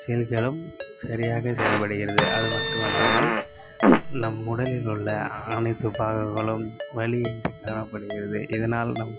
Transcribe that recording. செல்களும் சரியாக செயல்படுகிறது அது மட்டுமல்லாமல் நம் உடலில் உள்ள அனைத்து பாகங்களும் வலியின்றி காணப்படுகிறது இதனால் நம்